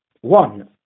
One